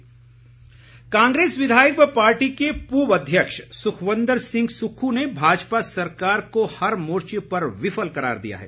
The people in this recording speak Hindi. कांग्रेस कांग्रेस विधायक व पार्टी के पूर्व अध्यक्ष सुखविंदर सिंह सुक्खू ने भाजपा सरकार को हर मोर्चे पर विफल करार दिया है